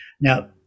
Now